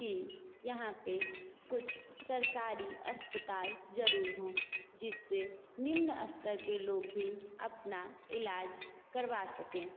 की यहाँ पे कुछ सरकारी अस्पताल जरूर हों जिससे निम्न स्तर के लोग भी अपना इलाज करवा सकें